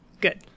Good